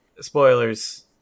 spoilers